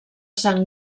sant